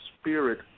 spirit